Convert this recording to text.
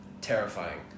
terrifying